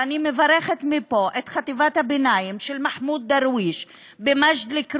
ואני מברכת מפה את חטיבת הביניים של מחמוד דרוויש במג'ד-אלכרום,